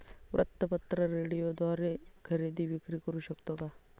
वृत्तपत्र, रेडिओद्वारे खरेदी विक्री करु शकतो का?